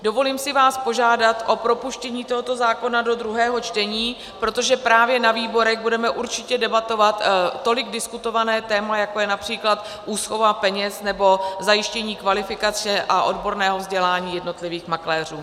Dovolím si váš požádat o propuštění tohoto zákona do druhého čtení, protože právě na výborech budeme určitě debatovat tolik diskutované téma, jako je např. úschova peněz nebo zajištění kvalifikace a odborného vzdělání jednotlivých makléřů.